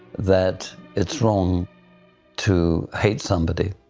that it's wrong to hate somebody.